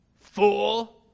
Fool